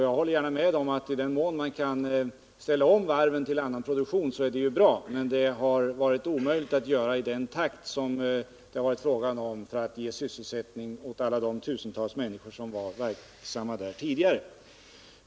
Jag håller gärna med om att det är bra i den mån man kan ställa om varven till annan produktion. Men det har inte varit möjligt att göra det i den takt som hade behövts för att ge sysselsättning åt alla de tusentals människor som tidigare var verksamma vid varven.